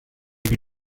you